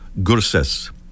Gurses